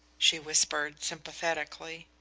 she whispered sympathetically.